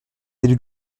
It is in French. élus